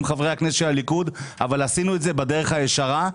חברי הכנסת מהליכוד אבל עשינו את זה בדרך הישרה,